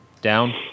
down